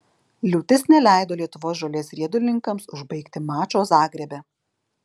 liūtis neleido lietuvos žolės riedulininkams užbaigti mačo zagrebe